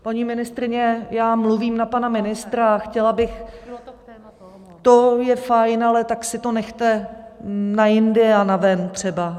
Paní ministryně, já mluvím na pana ministra a chtěla bych To je fajn, ale tak si to nechte na jindy a na ven třeba.